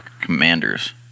Commanders